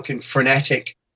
frenetic